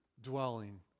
dwelling